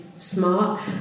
Smart